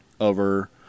over